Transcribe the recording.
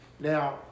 Now